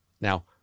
now